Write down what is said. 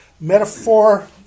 metaphor